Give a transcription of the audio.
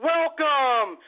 Welcome